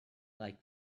like